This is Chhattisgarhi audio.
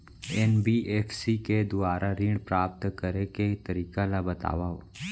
एन.बी.एफ.सी के दुवारा ऋण प्राप्त करे के तरीका ल बतावव?